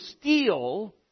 steal